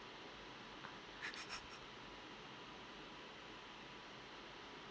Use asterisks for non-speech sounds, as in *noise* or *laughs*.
*laughs*